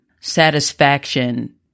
satisfaction